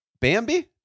Bambi